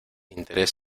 interés